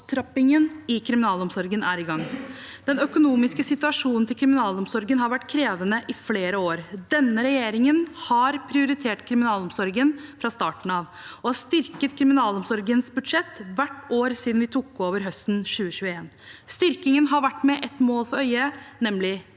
opptrappingen i kriminalomsorgen er i gang. Den økonomiske situasjonen til kriminalomsorgen har vært krevende i flere år. Denne regjeringen har prioritert kriminalomsorgen fra starten av og har styrket kriminalomsorgens budsjett hvert år siden vi tok over høsten 2021. Styrkingen har vært gjort med ett mål for øyet, nemlig et